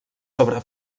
sobre